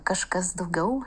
kažkas daugiau